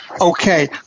Okay